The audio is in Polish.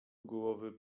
głowy